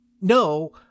No